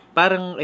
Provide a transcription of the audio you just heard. parang